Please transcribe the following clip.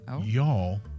Y'all